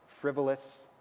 frivolous